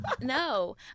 No